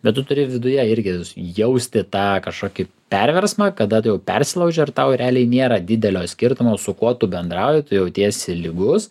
bet tu turi viduje irgi jausti tą kažkokį perversmą kada jau persilauži ir tau realiai nėra didelio skirtumo su kuo tu bendrauji tu jautiesi lygus